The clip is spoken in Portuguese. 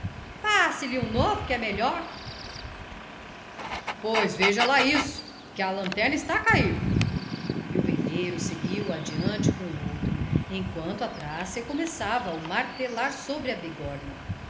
faz se lhe um novo que é melhor pois veja lá isso que a lanterna está a cair e o vendeiro seguiu adiante com o outro enquanto atrás recomeçava o martelar sobre a bigorna